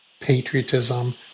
patriotism